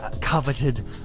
Coveted